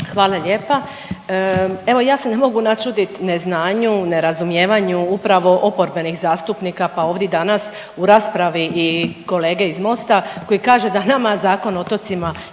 Hvala lijepa. Evo ja se ne mogu načuditi neznanju, nerazumijevanju upravo oporbenih zastupnika pa ovdi danas u raspravi i kolege iz Mosta koji kaže da nama Zakon o otocima